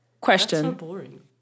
Question